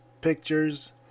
pictures